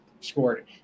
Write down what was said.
scored